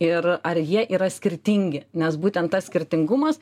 ir ar jie yra skirtingi nes būtent tas skirtingumas